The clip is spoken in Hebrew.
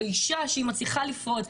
או אשה שמצליחה לפרוץ.